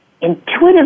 intuitive